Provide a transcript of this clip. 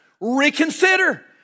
reconsider